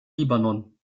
libanon